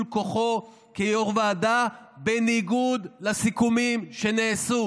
כוחו כיו"ר ועדה בניגוד לסיכומים שנעשו.